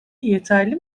yeterli